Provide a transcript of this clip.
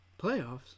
Playoffs